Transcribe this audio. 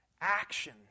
action